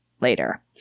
later